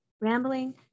rambling